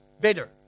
better